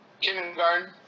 Kindergarten